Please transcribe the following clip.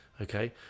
okay